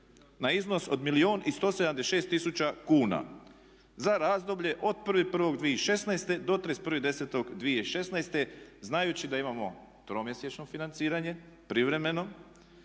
na iznos od milijun i 176 tisuća kuna za razdoblje od 1.01.2016. do 31.10.2016. znajući da imamo 3-mjesečno financiranje privremeno,